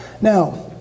Now